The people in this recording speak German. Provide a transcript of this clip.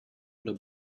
oder